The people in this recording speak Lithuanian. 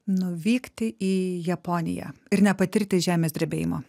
nuvykti į japoniją ir nepatirti žemės drebėjimo